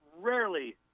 rarely